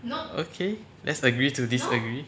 okay let's agree to disagree